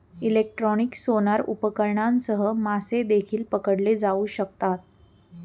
electronic sonar उपकरणांसह मासे देखील पकडले जाऊ शकतात